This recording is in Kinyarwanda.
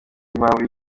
impamvu